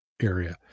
Area